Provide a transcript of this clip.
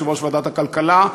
יושב-ראש ועדת הכלכלה.